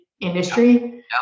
industry